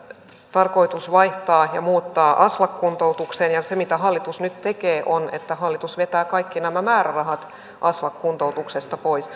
tarkoitus vaihtaa ja muuttaa aslak kuntoutukseen ja se mitä hallitus nyt tekee on että hallitus vetää kaikki nämä määrärahat aslak kuntoutuksesta pois